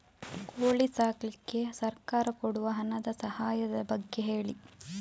ಕೋಳಿ ಸಾಕ್ಲಿಕ್ಕೆ ಸರ್ಕಾರ ಕೊಡುವ ಹಣದ ಸಹಾಯದ ಬಗ್ಗೆ ಹೇಳಿ